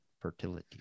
fertility